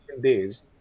days